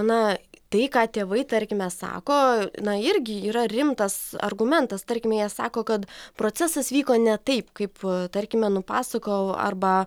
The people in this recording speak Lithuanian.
na tai ką tėvai tarkime sako na irgi yra rimtas argumentas tarkim jie sako kad procesas vyko ne taip kaip tarkime nupasakojo arba